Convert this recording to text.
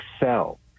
excel